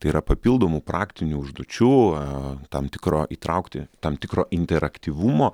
tai yra papildomų praktinių užduočių tam tikro įtraukti tam tikro interaktyvumo